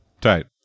tight